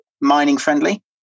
mining-friendly